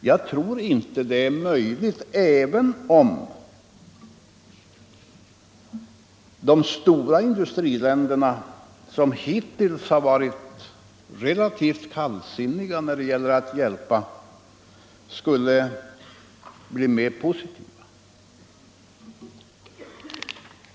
Jag tror inte att det är möjligt, inte ens om de stora industriländerna, som hittills varit relativt kallsinniga när det gällt att hjälpa, skulle bli mer positiva.